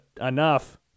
enough